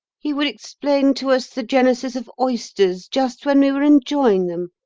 he would explain to us the genesis of oysters just when we were enjoying them.